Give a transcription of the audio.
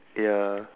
yeah